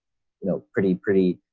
you know, pretty, pretty